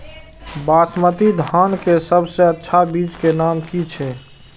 बासमती धान के सबसे अच्छा बीज के नाम की छे?